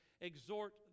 exhort